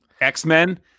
X-Men